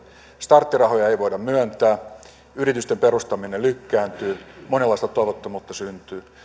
starttirahoja ei voida myöntää yritysten perustaminen lykkääntyy monenlaista toivottomuutta syntyy